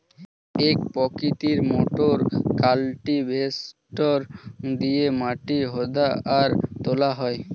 এক প্রকৃতির motor cultivator দিয়ে মাটি হুদা আর তোলা হয়